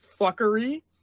fuckery